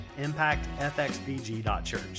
ImpactFXBG.Church